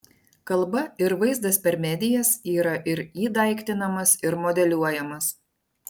kalba ir vaizdas per medijas yra ir įdaiktinamas ir modeliuojamas